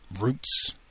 Roots